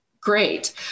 great